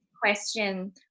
Question